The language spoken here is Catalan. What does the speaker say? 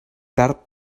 tard